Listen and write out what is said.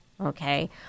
okay